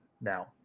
now